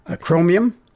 Chromium